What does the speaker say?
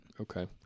Okay